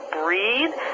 breathe